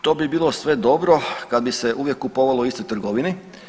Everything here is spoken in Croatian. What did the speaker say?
To bi bilo sve dobro kad bi se uvijek kupovalo u istoj trgovini.